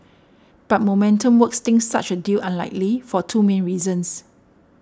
but Momentum Works thinks such a deal unlikely for two main reasons